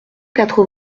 quatre